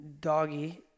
doggy